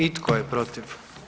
I tko je protiv?